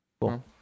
Cool